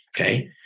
okay